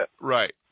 Right